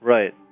Right